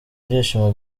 ibyishimo